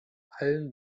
allen